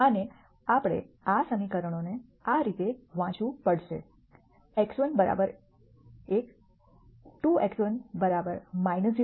અને આપણે આ સમીકરણોને આ રીતે વાંચવું પડશે x1 1 2x1 0